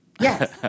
Yes